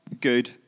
good